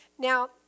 Now